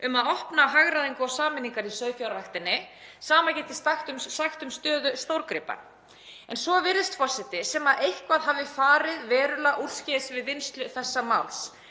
um að opna fyrir hagræðingu og sameiningar í sauðfjárræktinni. Sama get ég sagt um stöðu stórgripa. En svo virðist, forseti, sem eitthvað hafi farið verulega úrskeiðis við vinnslu þessa máls.